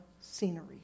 scenery